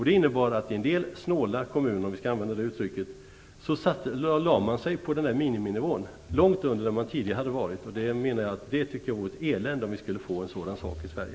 Det innebar att en del "snåla" kommuner lade sig på miniminivån, långt under den nivå de tidigare haft. Det vore ett elände om vi skulle få en sådan utveckling i Sverige.